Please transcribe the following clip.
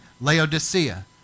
Laodicea